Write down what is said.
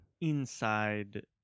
Inside